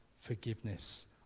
forgiveness